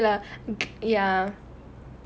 right okay lah ya